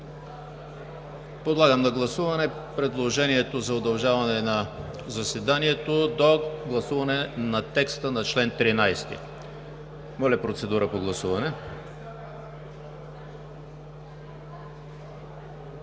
Подлагам на гласуване предложението за удължаване на заседанието до гласуване на текста на чл. 13. Гласували